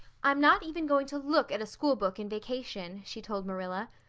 i'm not even going to look at a schoolbook in vacation, she told marilla.